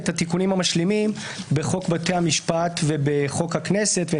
ואת התיקונים המשלימים בחוק בתי המשפט ובחוק הכנסת.